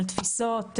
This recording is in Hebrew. על תפיסות,